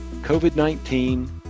COVID-19